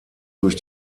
durch